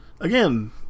again